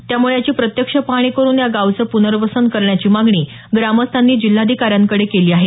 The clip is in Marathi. त्यामुळे याची प्रत्यक्ष पाहणी करून या गावाचं पुनर्वसन करण्याची मागणी ग्रामस्थांनी जिल्हाधिकाऱ्यांकडे केली आहे